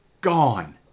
gone